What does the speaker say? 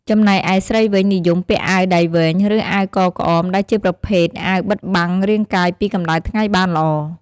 ចំណែកឯស្រីវិញនិយមពាក់អាវដៃវែង ឬអាវកក្អមដែលជាប្រភេទអាវបិទបាំងរាងកាយពីកម្ដៅថ្ងៃបានល្អ។